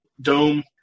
dome